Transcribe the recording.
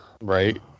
Right